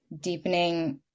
deepening